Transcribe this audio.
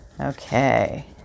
okay